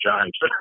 Giants